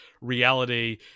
reality